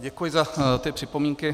Děkuji za připomínky.